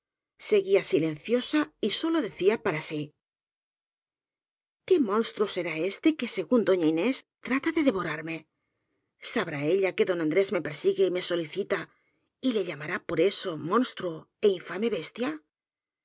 seguía silenciosa y sólo decía para sí qué monstruo será este que según doña inés trata de devorarme sabrá ella que don andrés me persigue y me solicita y le llamará por eso monstruo é infame bestia